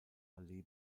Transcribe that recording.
allee